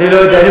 אני לא יודע.